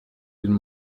den